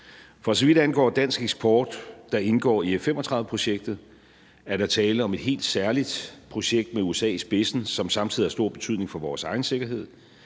For så vidt angår dansk eksport, der indgår i F-35-projektet, er der tale om et helt særligt projekt med USA i spidsen, som samtidig har stor betydning for vores egen sikkerhed.